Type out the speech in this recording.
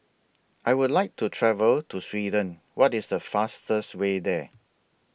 I Would like to travel to Sweden What IS The fastest Way There